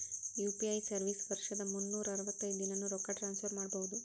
UPI service ವರ್ಷದ್ ಮುನ್ನೂರ್ ಅರವತ್ತೈದ ದಿನಾನೂ ರೊಕ್ಕ ಟ್ರಾನ್ಸ್ಫರ್ ಮಾಡ್ಬಹುದು